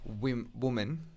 woman